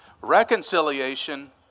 Reconciliation